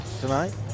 tonight